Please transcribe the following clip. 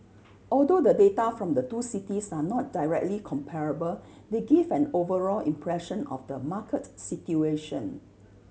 although the data from the two cities are not directly comparable they give an overall impression of the market situation